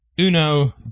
Uno